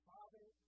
Father